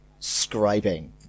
scribing